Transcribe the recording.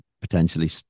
potentially